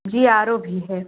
जी और भी है